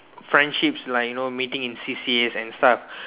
friendships like you know meeting in C_C_As and stuff